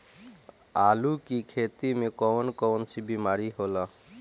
आलू की खेती में कौन कौन सी बीमारी होला?